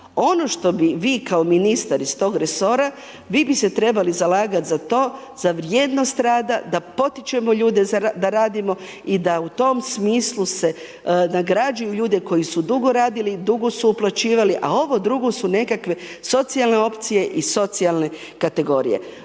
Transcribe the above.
Ono što bi vi kao ministar iz tog resora, vi bi se trebali zalagat za to, za vrijednost rada da potičemo ljude da radimo i da u tom smislu nagrađuju ljude koju su dugo radili, dugo su uplaćivali, a ovo drugo su nekakve socijalne opcije i socijalne kategorije.